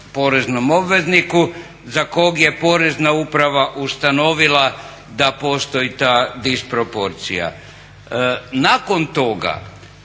poreznom obvezniku za kog je Porezna uprava ustanovila da postoji ta disproporcija. Nakon toga